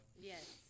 Yes